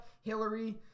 Hillary